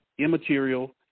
immaterial